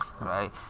right